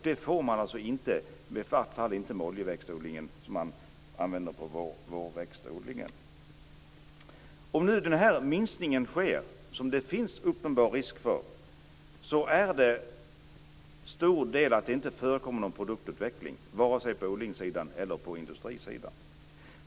Det får man alltså inte, i varje fall inte med oljeväxterna som man använder när det gäller vårväxtodlingen. Om det sker en minskning, som det finns en uppenbar risk för, är det stor risk att det inte kommer att förekomma någon produktutveckling vare sig på odlings eller industrisidan.